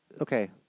okay